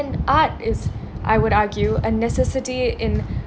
and art is I would argue a necessity in